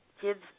kids